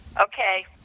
Okay